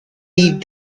beat